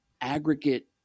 aggregate